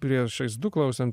priešais du klausėm